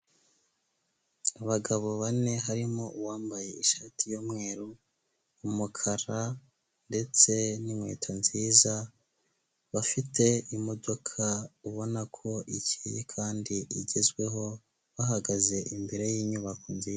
Abagabo bane harimo uwambaye ishati y'umweru, umukara ndetse n'inkweto nziza, bafite imodoka ubona ko ikeye kandi igezweho, bahagaze imbere y'inyubako nziza.